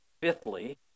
Fifthly